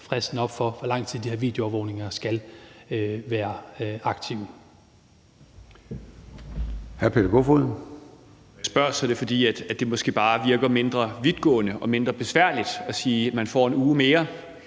fristen op for, hvor lang tid de her videoovervågninger skal være aktive.